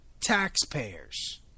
taxpayers